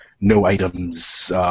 no-items